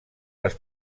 les